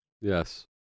Yes